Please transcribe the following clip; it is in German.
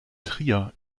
trier